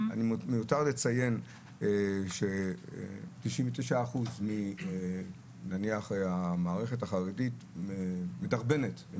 למותר לציין ש-99% מהמערכת החרדית מדרבנת,